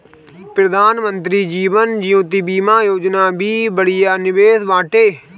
प्रधानमंत्री जीवन ज्योति बीमा योजना भी बढ़िया निवेश बाटे